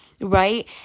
right